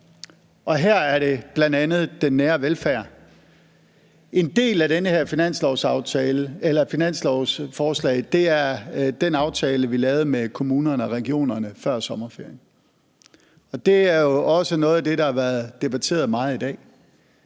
Og her er det bl.a. den nære velfærd. En del af det her finanslovsforslag er den aftale, vi lavede med kommunerne og regionerne før sommerferien. Det er jo også noget af det, der har været debatteret meget i dag.